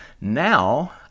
Now